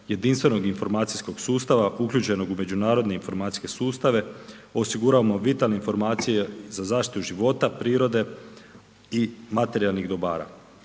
jedinstvenog informacijskog sustava uključenog u međunarodne informacijske sustave, osiguravamo vitalne informacije za zaštitu života, prirode i materijalnih dobara.